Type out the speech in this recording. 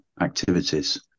activities